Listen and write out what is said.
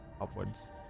upwards